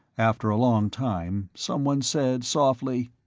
after a long time, someone said softly,